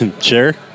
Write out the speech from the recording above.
Sure